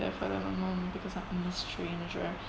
there for them or not because I'm a stranger